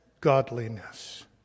godliness